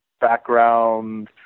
background